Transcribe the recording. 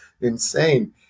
insane